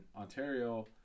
Ontario